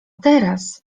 teraz